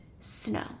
snow